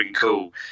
cool